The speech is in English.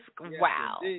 wow